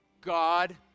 God